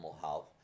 health